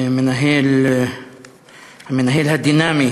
המנהל הדינמי